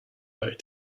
work